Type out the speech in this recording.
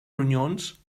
ronyons